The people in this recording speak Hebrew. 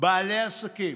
בעלי עסקים